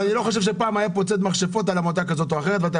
אני לא חושב שפעם נערך פה ציד מכשפות כלפי עמותה כזו או אחרת.